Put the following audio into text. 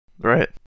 Right